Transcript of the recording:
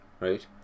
right